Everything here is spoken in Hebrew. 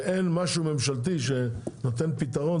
ואין משהו ממשלתי שנותן פתרון,